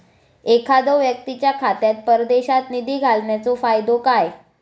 एखादो व्यक्तीच्या खात्यात परदेशात निधी घालन्याचो फायदो काय?